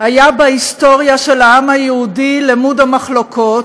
היה בהיסטוריה של העם היהודי למוד המחלוקות.